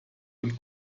und